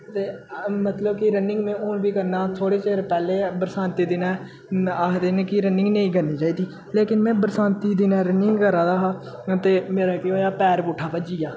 ते मतलब कि रनिंग में हून बी करना थोह्ड़े चिर पैह्ले बरसांती दिनै आखदे न कि रनिंग नेईं करनी चाहिदी लेकिन में बरसांती दिनै रनिंग करा दा हा ते मेरा केह् होएया पैर पुट्ठा भज्जी गेआ